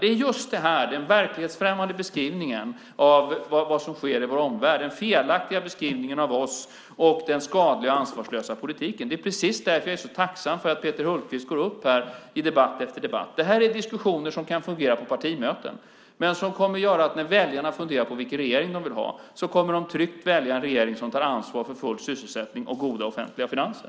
Det är just det här - den verklighetsfrämmande beskrivningen av vad som sker i vår omvärld, den felaktiga beskrivningen av oss och den skadliga, ansvarslösa politiken - som gör mig så tacksam för att Peter Hultqvist går upp här i debatt efter debatt. Det här är diskussioner som kan fungera på partimöten men som kommer att göra att väljarna, när de funderar på vilken regering de vill ha, tryggt kommer att välja en regering som tar ansvar för full sysselsättning och goda offentliga finanser.